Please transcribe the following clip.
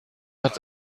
hat